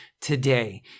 today